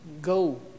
go